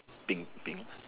pink pink